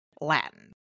Latin